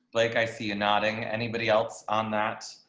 like, i see you nodding. anybody else on that.